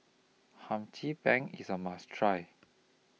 Hum Chim Peng IS A must Try